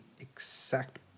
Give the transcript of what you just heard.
exact